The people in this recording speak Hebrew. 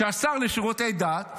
שהשר לשירותי דת,